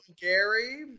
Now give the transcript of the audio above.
Gary